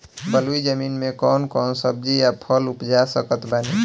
बलुई जमीन मे कौन कौन सब्जी या फल उपजा सकत बानी?